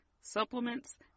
supplements